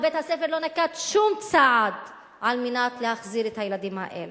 או בית-הספר לא נקט שום צעד על מנת להחזיר את הילדים האלה.